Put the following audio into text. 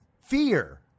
fear